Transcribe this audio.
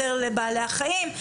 יותר לבעלי החיים,